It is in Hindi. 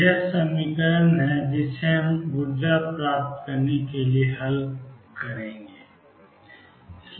यह वह समीकरण है जिसे हमें ऊर्जा प्राप्त करने के लिए हल करना होगा